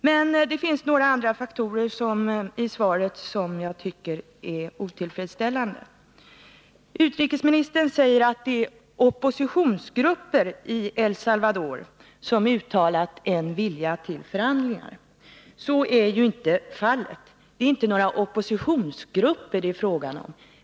Men det finns några andra faktorer i svaret som jag tycker är otillfredsställande. Utrikesministern säger att det är oppositionsgrupper i El Salvador som har uttalat en vilja till förhandlingar. Så är inte fallet. Det är inte några oppositionsgrupper det är fråga om.